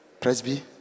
Presby